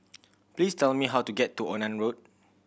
please tell me how to get to Onan Road